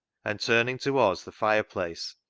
and turning towards the fire place,